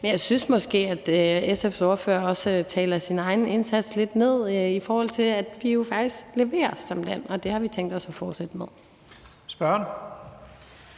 jeg synes måske, at SF's ordfører også taler sin egen indsats lidt ned, i forhold til at vi jo faktisk leverer som land, og det har vi tænkt os at fortsætte med.